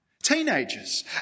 Teenagers